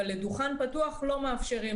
אבל לדוכן פתוח לא מאפשרים.